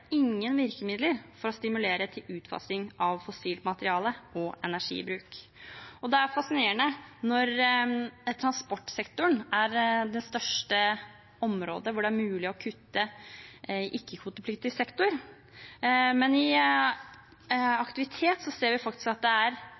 ingen virkemidler for å stimulere til utfasing av fossilt materiale og energibruk. Det er fascinerende når transportsektoren er det største området hvor det er mulig å kutte i ikke-kvotepliktig sektor, at vi i aktivitet faktisk ser at det er